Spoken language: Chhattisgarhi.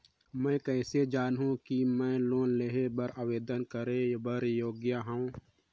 मैं किसे जानहूं कि मैं लोन लेहे बर आवेदन करे बर योग्य हंव?